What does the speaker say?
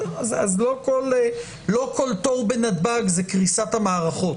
לא כל תור בנתב"ג הוא קריסת המערכות.